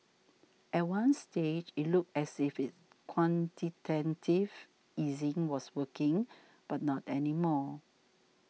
at one stage it looked as if quantitative easing was working but not any more